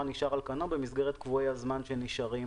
נשאר על כנו במסגרת קבועי הזמן שנשארים